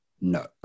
no